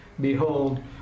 Behold